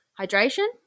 Hydration